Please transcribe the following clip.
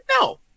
No